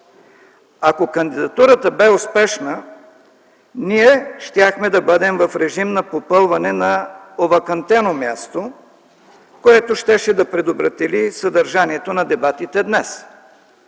Ако кандидатурата бе успешна, ние щяхме да бъдем в режим на попълване на овакантено място, което щеше да предопредели съдържанието на дебатите днес.